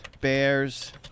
bears